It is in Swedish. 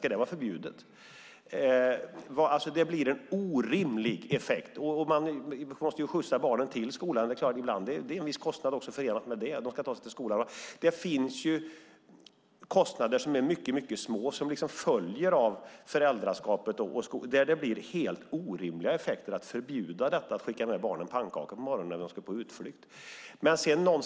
Ska det vara förbjudet? Det blir en orimlig effekt. Man måste skjutsa barnen till skolan. Det är en viss kostnad förenat med det, men barnen ska till skolan. Det finns kostnader som är mycket små som följer av föräldraskapet. Det blir helt orimliga effekter att förbjuda detta att skicka med barnen pannkaka för att de ska på en utflykt.